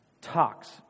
talks